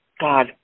God